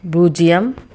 பூஜ்ஜியம்